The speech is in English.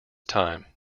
time